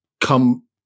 Come